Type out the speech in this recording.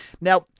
Now